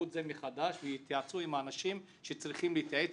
את זה מחדש ויתייעצו עם האנשים שצריכים להתייעץ